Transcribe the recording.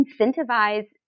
incentivize